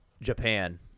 Japan